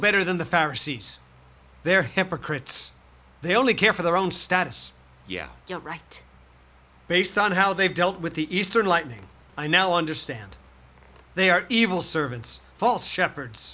better than the pharisees they're hypocrites they only care for their own status yeah yet right based on how they've dealt with the eastern lightning i now understand they are evil servants false shepherds